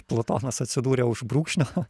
plutonas atsidūrė už brūkšnio